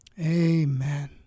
Amen